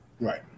Right